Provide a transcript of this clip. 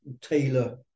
tailor